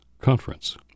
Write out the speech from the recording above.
Conference